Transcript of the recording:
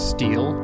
Steel